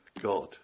God